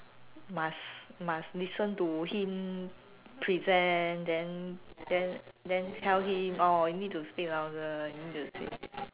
must must listen to him present then then then tell him oh you need to speak louder you need to say